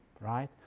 right